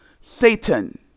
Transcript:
Satan